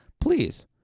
please